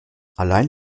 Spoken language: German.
allein